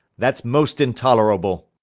that's most intollerable